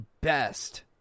best